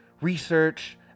research